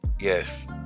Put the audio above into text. Yes